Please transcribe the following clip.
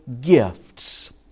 gifts